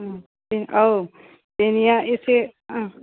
दे औ बेनिया एसे